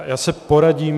Já se poradím.